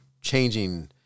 changing